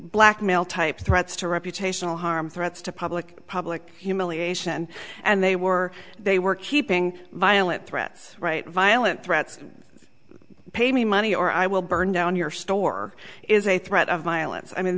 blackmail type threats to reputational harm threats to public public humiliation and they were they were keeping violent threats right violent threats pay me money or i will burn down your store is a threat of violence i mean